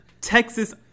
Texas